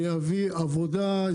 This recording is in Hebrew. עבודה,